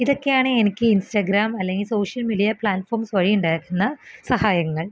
ഇതൊക്കെയാണ് എനിക്ക് ഇൻസ്റ്റഗ്രാം അല്ലെങ്കിൽ സോഷ്യൽ മീഡിയ പ്ലാറ്റ്ഫോംസ് വഴി ഉണ്ടായേക്കാവുന്ന സഹായങ്ങൾ